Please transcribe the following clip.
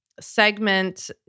segment